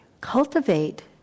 Cultivate